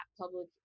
public